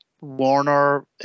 Warner